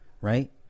right